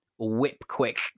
whip-quick